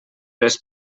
les